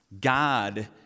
God